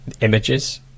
images